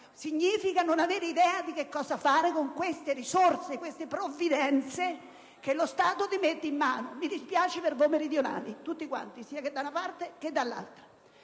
significa non avere idea di che cosa fare con le risorse e le provvidenze che lo Stato ti mette in mano. Mi dispiace per voi meridionali, tutti quanti, sia da una parte che dall'altra.